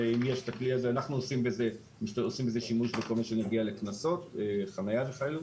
אנחנו עושים בזה שימוש בכל הנוגע לקנסות חניה וכדומה,